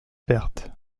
berthe